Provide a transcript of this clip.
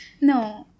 No